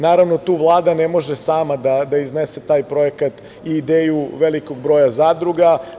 Naravno, tu Vlada ne može sama da iznese taj projekat i ideju velikog broja zadruga.